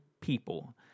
people